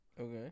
Okay